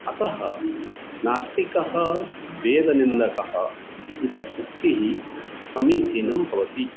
अतः नास्तिकः वेदनिन्दकः इति उक्तिः समीचीनं भवति